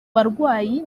barwayi